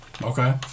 Okay